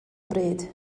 bryd